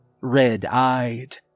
red-eyed